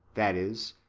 that is,